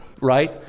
right